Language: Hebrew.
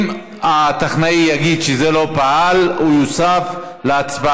אם הטכנאי יגיד שזה לא פעל, הוא יוסף להצבעה.